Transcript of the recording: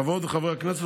חברות וחברי הכנסת,